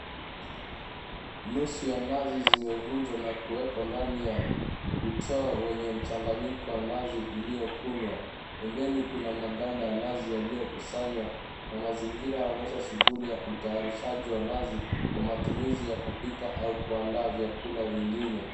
Nusu ya nazi zimevunjwa na kuekwa ndani ya uteo wenye mchanganyiko wa nazi iliyokunwa. Pembeni kuna maganda ya nazi yaliyokusanywa, na mazingira yanaonyesha shughuli ya utayarishaji wa nazi kwa matumizi ya kupika au kuandaa vyakula vyingine.